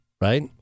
right